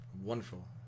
Wonderful